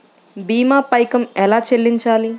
భీమా పైకం ఎలా చెల్లించాలి?